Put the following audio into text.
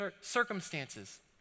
circumstances